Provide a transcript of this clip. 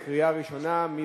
בקריאה ראשונה.